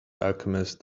alchemist